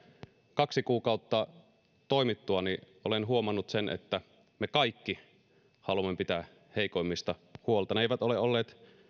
kaksi kuukautta toimittuani olen huomannut sen että me kaikki haluamme pitää heikoimmista huolta ne eivät ole olleet